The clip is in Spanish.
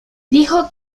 dijo